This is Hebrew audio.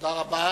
תודה רבה.